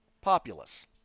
populace